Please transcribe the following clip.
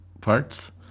parts